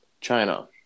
China